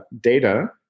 data